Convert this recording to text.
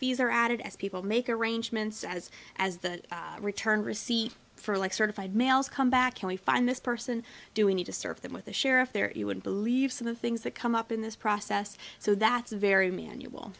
fees are added as people make arrangements as as the return receipt for like certified mails come back and we find this person doing it to serve them with the sheriff there you would believe some of the things that come up in this process so that's a very manual